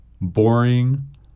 boring